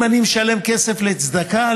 אם אני משלם כסף לצדקה,